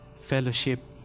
fellowship